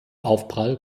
aufprall